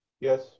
Yes